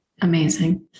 Amazing